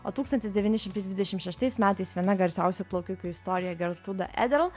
o tūkstantis devyni šimtai dvidešim šeštais metais viena garsiausių plaukikių istorijoj gertrūda edel